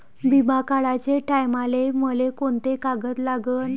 बिमा काढाचे टायमाले मले कोंते कागद लागन?